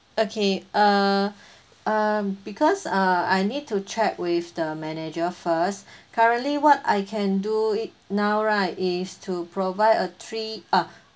okay uh um because uh I need to check with the manager first currently what I can do it now right is to provide a three uh